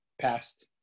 past